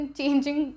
changing